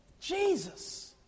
Jesus